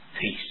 Peace